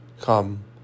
Come